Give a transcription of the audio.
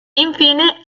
infine